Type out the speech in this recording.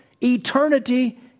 eternity